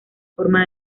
forma